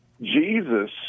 Jesus